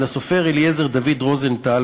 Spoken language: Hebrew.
של הסופר אליעזר דוד רוזנטל,